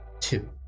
Two